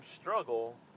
struggle